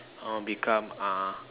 I want become uh